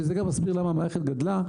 שזה גם מסביר למה המערכת גדלה,